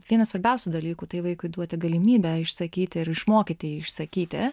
vienas svarbiausių dalykų tai vaikui duoti galimybę išsakyti ir išmokyti jį išsakyti